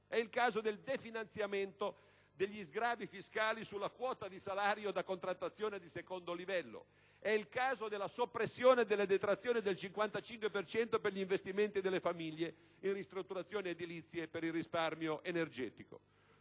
È il caso del definanziamento degli sgravi fiscali sulla quota di salario da contrattazione di secondo livello. È il caso della soppressione delle detrazioni del 55 per cento per gli investimenti delle famiglie in ristrutturazioni edilizie per il risparmio energetico.